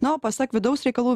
na o pasak vidaus reikalų